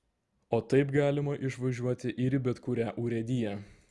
o taip galima išvažiuoti ir į bet kurią urėdiją